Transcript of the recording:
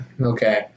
Okay